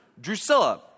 Drusilla